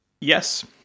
Yes